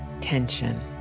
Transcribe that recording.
tension